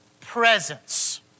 presence